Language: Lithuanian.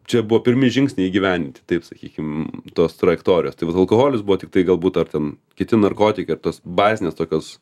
čia buvo pirmi žingsniai įgyvendinti taip sakykim tos trajektorijos taip vat alkoholis buvo tiktai galbūt ar ten kiti narkotikai ir tos bazinės tokios